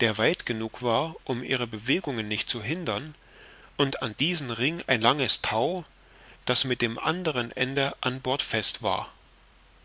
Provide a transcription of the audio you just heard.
der weit genug war um ihre bewegungen nicht zu hindern und an diesen ring ein langes tau das mit dem anderen ende an bord fest rar